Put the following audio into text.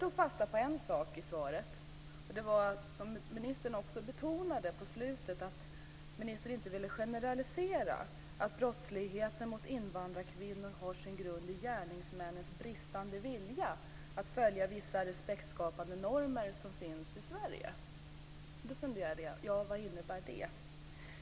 En sak i svaret tog jag fasta på och det är, som ministern betonade i slutet av svaret, att ministern inte vill generalisera och säga att brottsligheten mot invandrarkvinnor har sin grund i gärningsmännens bristande vilja att följa vissa respektskapande normer som finns i Sverige. Jag funderade då och tänkte: Vad innebär det?